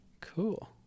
Cool